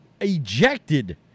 ejected